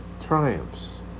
triumphs